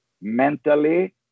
mentally